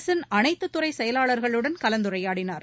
அரசின் அனைத்து துறை செயலாளர்களுடன் கலந்துரையாடினார்